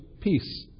peace